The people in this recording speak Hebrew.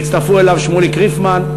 והצטרפו אליו שמוליק ריפמן,